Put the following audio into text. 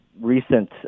recent